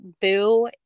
boo